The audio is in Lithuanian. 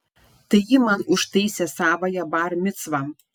tai ji man užtaisė savąją bar micvą